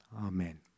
Amen